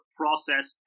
process